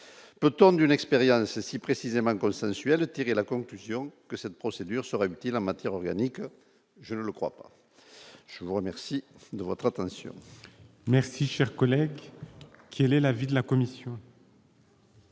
peu temps d'une expérience et si précisément consensuelle tirer la conclusion que cette procédure sera utile en matière organique, je ne le crois pas, je vous remercie de votre attention.